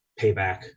payback